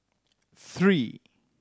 three